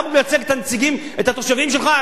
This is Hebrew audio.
אתה מייצג את התושבים שלך,